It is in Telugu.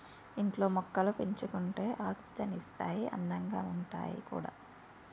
ఇంట్లో మొక్కలు పెంచుకుంటే ఆక్సిజన్ ఇస్తాయి అందంగా ఉంటాయి కూడా